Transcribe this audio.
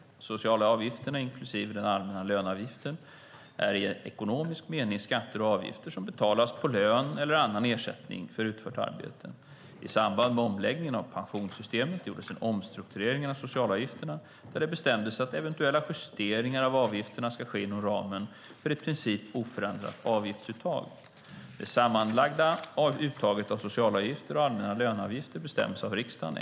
Socialavgifterna, inklusive den allmänna löneavgiften, är i ekonomisk mening skatter och avgifter som betalas på lön eller annan ersättning för utfört arbete. I samband med omläggningen av pensionssystemet gjordes en omstrukturering av socialavgifterna där det bestämdes att eventuella justeringar av avgifterna ska ske inom ramen för ett i princip oförändrat avgiftsuttag. Det sammanlagda uttaget av socialavgifter och allmän löneavgift bestäms av riksdagen.